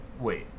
wait